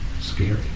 scary